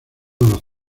los